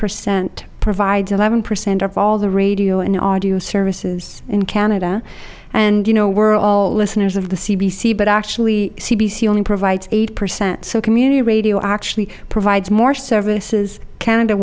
percent provides eleven percent of all the radio and audio services in canada and you know we're all listeners of the c b c but actually c b c only provides eight percent so community radio actually provides more services canada